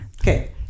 okay